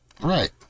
Right